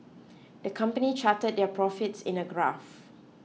the company charted their profits in a graph